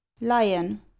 Lion